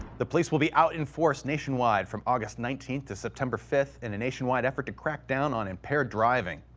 the police will be out in force nationwide from august nineteenth to september fifth in a nationwide effort to crack down on impaired driving.